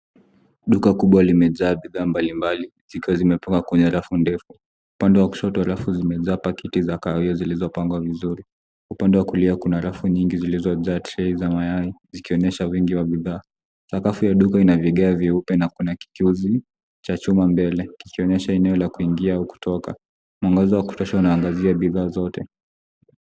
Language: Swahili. Duka kubwa limejaa bidhaa mbalimbali zikiwa zimepangwa kwenye radu ndefu. Upande wa kushoto rafu zimejaa paketi za kahaia zilizopangwa vizuri. Upande wa kulia kuna rafu nyingi zilizojaa trei za mayai zikionyesha wingi wa bidhaa. Sakafu ya duka ina vigae vyeupe na kuna kichuuzi cha chuma mbele ikionyesha eneo la kuingia au kutoka. mwangaza wa kutosha unaangazia bidhaa zote.